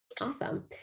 Awesome